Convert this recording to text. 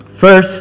First